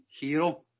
hero